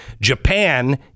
Japan